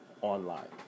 online